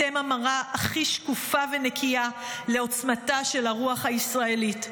אתם המראה הכי שקופה ונקייה לעוצמתה של הרוח הישראלית.